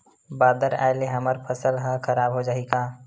बादर आय ले हमर फसल ह खराब हो जाहि का?